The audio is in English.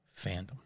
fandom